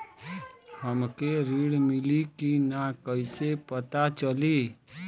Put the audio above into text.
हमके ऋण मिली कि ना कैसे पता चली?